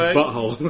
butthole